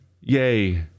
Yay